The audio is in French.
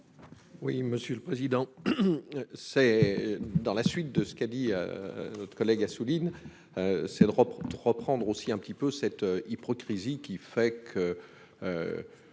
Oui, monsieur le président. C'est dans la suite de ce qu'a dit. Notre collègue Assouline. C'est de rompre reprendre aussi un petit peu cette hyprocrisie qui fait que.